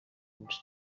uns